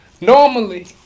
Normally